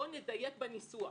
בוא נדייק בניסוח.